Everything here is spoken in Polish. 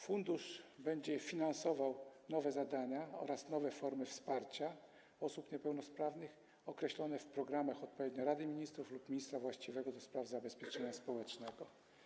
Fundusz będzie finansował nowe zadania oraz nowe formy wsparcia osób niepełnosprawnych, określone w programach odpowiednio Rady Ministrów lub ministra właściwego do spraw zabezpieczenia społecznego.